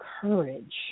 courage